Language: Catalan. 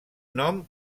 nom